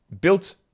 built